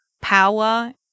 power